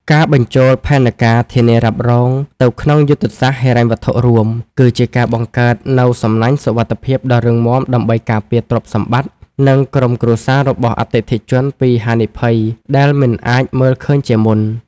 ការបញ្ចូលផែនការធានារ៉ាប់រងទៅក្នុងយុទ្ធសាស្ត្រហិរញ្ញវត្ថុរួម គឺជាការបង្កើតនូវសំណាញ់សុវត្ថិភាពដ៏រឹងមាំដើម្បីការពារទ្រព្យសម្បត្តិ និងក្រុមគ្រួសាររបស់អតិថិជនពីហានិភ័យដែលមិនអាចមើលឃើញជាមុន។